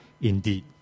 indeed